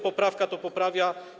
Poprawka to poprawia.